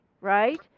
right